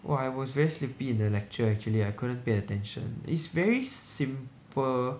!wah! I was very sleepy in the lecture actually I couldn't pay attention it's very simple